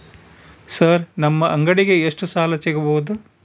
Sir ನಮ್ಮ ಅಂಗಡಿಗೆ ಎಷ್ಟು ಸಾಲ ಸಿಗಬಹುದು?